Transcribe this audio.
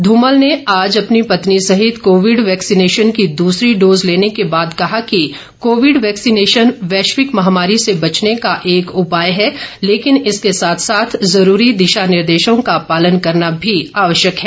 धमल ने आज अपनी पत्नी सहित कोविड वैक्सीनेशन की दसरी डोज लेने के बाद कहा कि कोविड वैक्सीनेशन वैश्विक महामारी से बचने का एक उपाय है लेकिन इसके साथ साथ जरूरी दिशा निर्देशों का पालन करना भी आवश्यक है